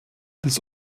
des